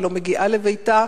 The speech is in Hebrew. ולא מגיעה לביתה